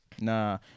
Nah